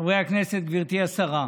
חברי הכנסת, גברתי השרה,